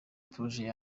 project